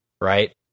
right